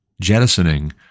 jettisoning